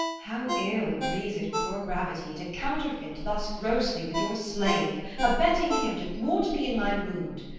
how ill agrees it with your gravity to counterfeit thus grossly with your slave, abetting him to thwart me in my mood!